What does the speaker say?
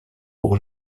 pour